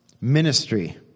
ministry